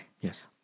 Yes